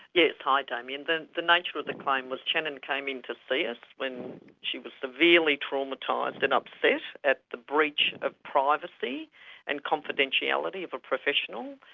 yeah hi damien. the the nature of the claim was shannon came in to see us when she was severely traumatised and upset at the breach of privacy and confidentiality of a professional,